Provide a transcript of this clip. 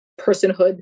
personhood